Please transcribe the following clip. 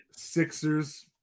Sixers